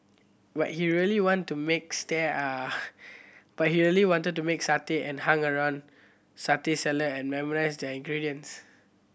but he really wanted to make stare are but he really wanted to make satay and hung around satay seller and memorized their ingredients